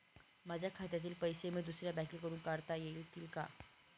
माझ्या खात्यातील पैसे मी दुसऱ्या बँकेतून काढता येतील का?